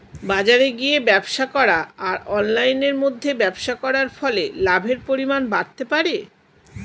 বাজারে গিয়ে ব্যবসা করা আর অনলাইনের মধ্যে ব্যবসা করার ফলে লাভের পরিমাণ বাড়তে পারে?